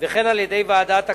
וכן על-ידי ועדת הכספים,